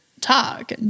talk